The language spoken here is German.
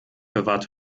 bewahrt